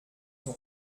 son